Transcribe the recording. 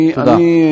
אני,